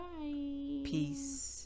Peace